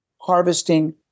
harvesting